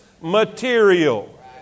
material